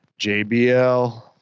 JBL